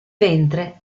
ventre